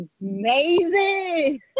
amazing